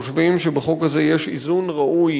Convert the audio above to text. חושבים שבחוק הזה יש איזון ראוי